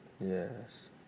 Yes